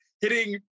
hitting